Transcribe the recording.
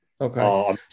Okay